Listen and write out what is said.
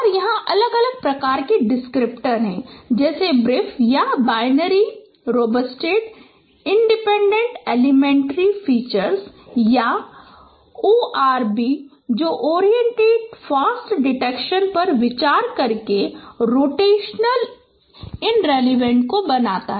और यहाँ अलग अलग प्रकार के डिस्क्रिप्टर हैं जैसे ब्रीफ या binary robust independent elementary feature या ओआरबी जो ओरिएंटेड फास्ट डिटेक्शन पर विचार करके रोटेशनल इनवेरिएंट बनाते हैं